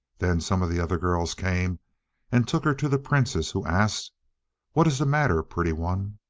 then some of the other girls came and took her to the princess who asked what is the matter, pretty one